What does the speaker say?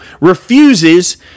Refuses